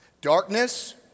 Darkness